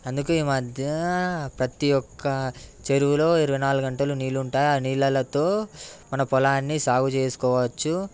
అందుకే ఈ మధ్య ప్రతి ఒక్క చెరువులో ఇరవైనాలుగు గంటలు నీళ్ళు ఉంటాయి ఆ నీళ్లతో మన పొలాన్ని సాగుచేసుకోవచ్చు